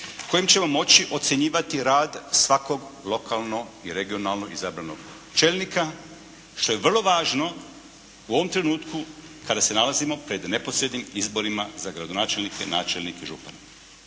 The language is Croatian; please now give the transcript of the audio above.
kojim ćemo moći ocjenjivati rad svakog lokalno i regionalno izabranog čelnika, što je vrlo važno u ovom trenutku kada se nalazimo pred neposrednim izborima za gradonačelnike, načelnike, župane.